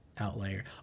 outlier